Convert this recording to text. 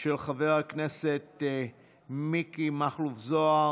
בעד, 14, אין מתנגדים.